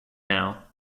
now